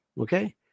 okay